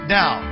now